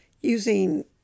using